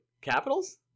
Capitals